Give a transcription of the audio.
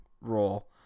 role